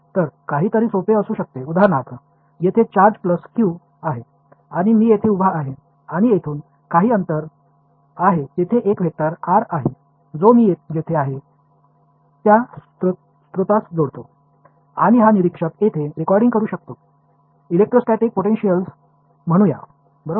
तर काहीतरी सोपे असू शकते उदाहरणार्थ येथे चार्ज प्लस क्यू आहे आणि मी येथे उभा आहे आणि येथून काही अंतर आहे तेथे एक वेक्टर r आहे जो मी जेथे आहे त्या स्त्रोतास जोडतो आणि हा निरीक्षक येथे रेकॉर्डिंग करू शकतो इलेक्ट्रोस्टॅटिक पोटेन्शिअल म्हणूया बरोबर